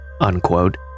unquote